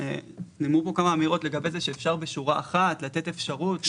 נאמרו פה כמה אמירות לגבי זה שאפשר בשורה אחת לתת אפשרות.